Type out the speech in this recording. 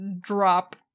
drop